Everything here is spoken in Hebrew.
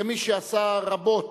כמי שעשה רבות